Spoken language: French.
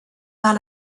par